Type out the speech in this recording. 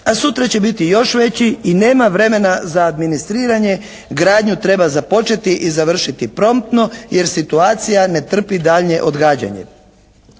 a sutra će biti još veći i nema vremena za administriranje, gradnju treba započeti i završiti promptno jer situacija ne trpi daljnje odgađanje.